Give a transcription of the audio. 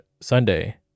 sunday